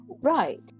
right